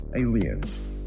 aliens